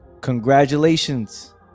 Congratulations